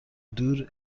دور